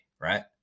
right